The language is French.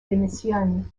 démissionne